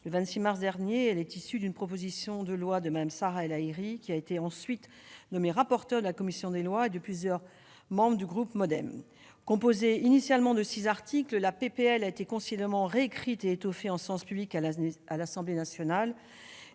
le 26 mars dernier. Elle est issue d'une proposition de loi de Mme Sarah El Haïry, qui a ensuite été nommée rapporteure de la commission des lois de l'Assemblée nationale, et de plusieurs membres du groupe MoDem. Composée initialement de six articles, elle a été considérablement réécrite et étoffée en séance publique à l'Assemblée nationale